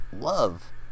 love